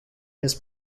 his